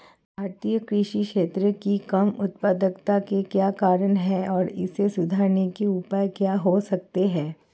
भारतीय कृषि क्षेत्र की कम उत्पादकता के क्या कारण हैं और इसे सुधारने के उपाय क्या हो सकते हैं?